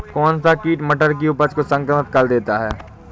कौन सा कीट मटर की उपज को संक्रमित कर देता है?